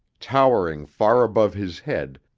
towering far above his head,